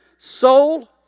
Soul